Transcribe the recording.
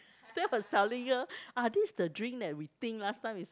that was ah this is the drink that we think last time is